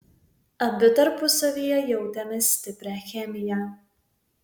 abi tarpusavyje jautėme stiprią chemiją